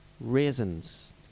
raisins